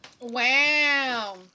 Wow